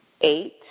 eight